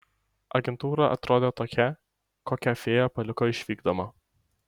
agentūra atrodė tokia kokią fėja paliko išvykdama